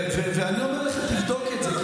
אנחנו נבדוק את זה.